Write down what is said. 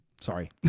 sorry